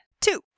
Two